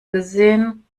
gesehen